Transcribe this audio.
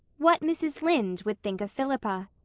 what mrs. lynde would think of philippa.